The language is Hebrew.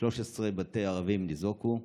13 בתי ערבים ניזוקו,